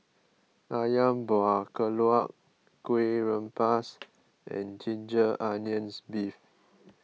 Ayam Buah Keluak Kueh Rengas and Ginger Onions Beef